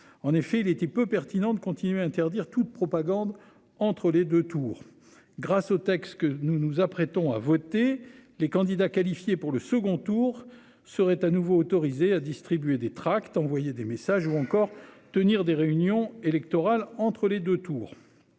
En effet il était peu pertinent de continuer à interdire toute propagande entre les 2 tours grâce au texte que nous nous apprêtons à voter les candidats qualifiés pour le second tour serait à nouveau autorisée à distribuer des tracts, envoyer des messages, ou encore tenir des réunions électorales entre les 2 tours.